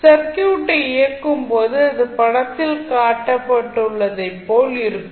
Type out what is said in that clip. சர்க்யூட்டை இயக்கும் போது அது படத்தில் காட்டப்பட்டுள்ளதைப் போல இருக்கும்